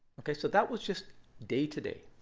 ok, so that was just day to day.